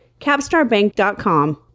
capstarbank.com